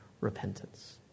repentance